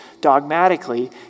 dogmatically